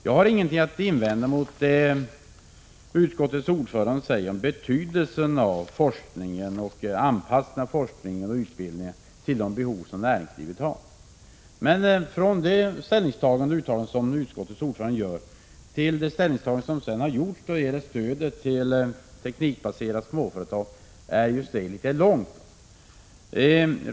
Jag har ingenting att invända mot vad utskottets ordförande säger om forskningens betydelse och anpassningen av utbildning och forskning till de behov som näringslivet har. Men från det ställningstagande och uttalande som utskottets ordförande gör till ställningstagandet då det gäller stöd till teknikbaserade småföretag är steget långt.